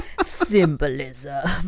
Symbolism